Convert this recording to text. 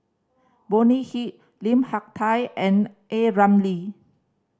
Bonny Hick Lim Hak Tai and A Ramli